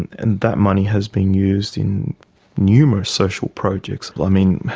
and that money has been used in numerous social projects i mean,